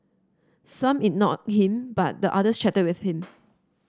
some ignored him but the others chatted with him